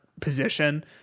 position